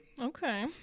Okay